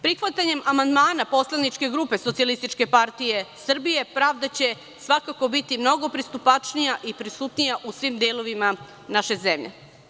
Prihvatanjem amandmana poslaničke grupe SPS pravda će svakako biti mnogo pristupačnija i prisutnija u svim delovima naše zemlje.